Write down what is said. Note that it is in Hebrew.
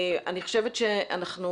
אני מקווה שהדברים